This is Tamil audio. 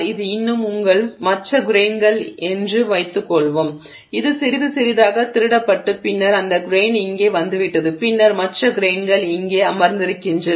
இது இன்னும் உங்கள் மற்ற கிரெய்ன்கள் என்று வைத்துக் கொள்வோம் இது சிறிது சிறிதாக திருப்பப்பட்டு பின்னர் இந்த கிரெய்ன் இங்கே வந்துவிட்டது பின்னர் மற்ற கிரெயின்கள் இங்கே அமர்ந்திருக்கின்றன